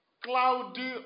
cloudy